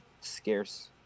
scarce